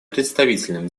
представительным